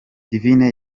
divine